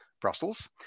Brussels